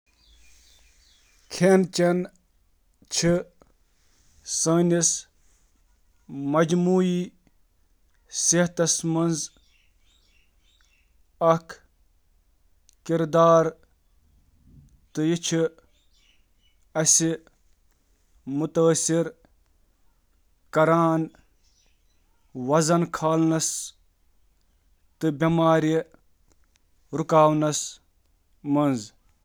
کھیٚن ہیٚکہِ تُہنٛدِس مجموعی صحتس پیٚٹھ واریاہ اثر ترٲوِتھ، یتھ منٛز تُہٕنٛز جسمٲنی صحت، دمٲغی صحت تہٕ ماحول شٲمِل چھِ۔